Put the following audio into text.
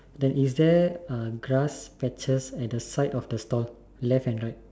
then is there uh grass patches at the side of the store left and right